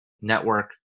network